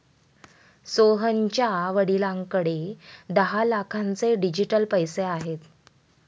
सोहनच्या वडिलांकडे दहा लाखांचे डिजिटल पैसे आहेत